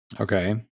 Okay